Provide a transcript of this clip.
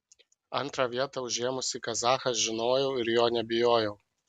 antrą vietą užėmusį kazachą žinojau ir jo nebijojau